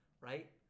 right